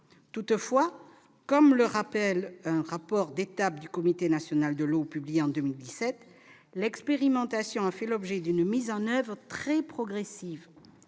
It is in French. Toutefois, comme le rappelle un rapport d'étape du Comité national de l'eau publié en 2017, l'expérimentation a fait l'objet d'une mise en oeuvre très progressive.